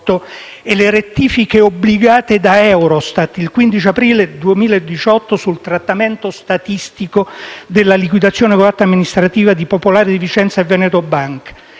e le rettifiche obbligate da Eurostat il 15 aprile 2018 sul trattamento statistico della liquidazione coatta amministrativa di Banca popolare di Vicenza e Veneto Banca.